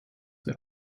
der